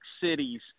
cities